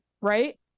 Right